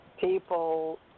people